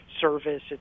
service